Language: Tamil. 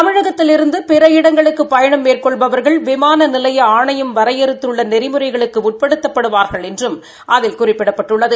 தமிழகத்திலிருந்து பிற இடங்களுக்கு பயணம் மேற்கொள்பவர்கள் விமான நிலைய ஆணையம் வரையறுத்துள்ள நெறிமுறைகளுக்கு உட்படுத்தப்படுவார்கள் என்றும் அதில் குறிப்பிடப்பட்டுள்ளது